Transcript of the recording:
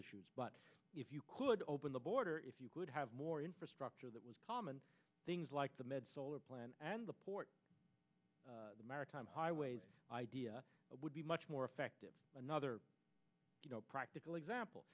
issues but if you could open the border if you could have more infrastructure that was common things like the med solar plant and the port the maritime highways idea would be much more effective another practical example